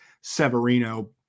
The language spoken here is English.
Severino